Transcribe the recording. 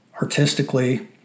artistically